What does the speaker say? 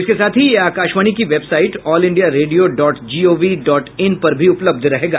इसके साथ ही यह आकाशवाणी की website all India radio dot G O V dot in पर भी उपलब्ध रहेगा